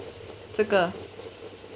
这个